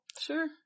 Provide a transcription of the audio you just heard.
Sure